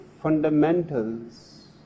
fundamentals